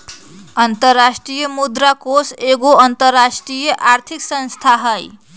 अंतरराष्ट्रीय मुद्रा कोष एगो अंतरराष्ट्रीय आर्थिक संस्था हइ